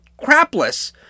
crapless